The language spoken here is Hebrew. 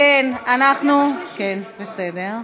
אם כן,